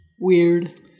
Weird